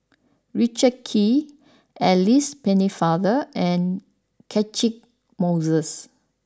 Richard Kee Alice Pennefather and Catchick Moses